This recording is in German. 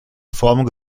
form